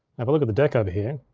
i but look at the deck over here,